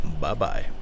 Bye-bye